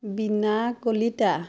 Bina Kalita